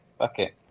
Okay